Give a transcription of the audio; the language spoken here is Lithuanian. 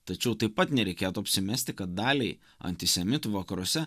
tačiau taip pat nereikėtų apsimesti kad daliai antisemitų vakaruose